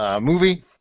movie